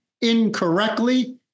incorrectly